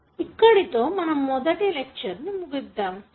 ఇక్కడితో మనం మొదటి లెక్చర్ ను ముగిద్దాము